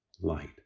light